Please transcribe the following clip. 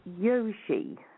Yoshi